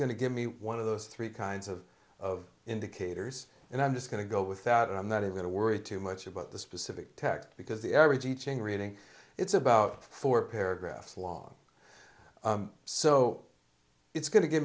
going to give me one of those three kinds of of indicators and i'm just going to go without and i'm not even to worry too much about the specific text because the every teaching reading it's about four paragraphs long so it's going to give